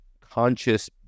conscious